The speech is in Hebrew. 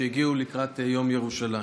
שהגיעו לקראת יום ירושלים.